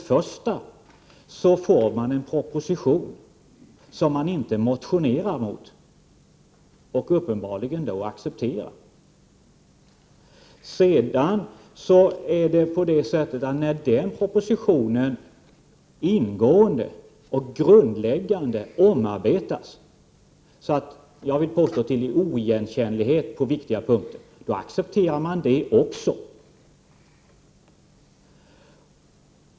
Först får man en proposition som man inte motionerar mot, och uppenbarligen då accepterar. När sedan propositionen ingående och på ett grundläggande sätt omarbetas — jag vill påstå till oigenkännlighet på viktiga punkter — accepterar man det också.